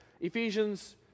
Ephesians